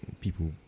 people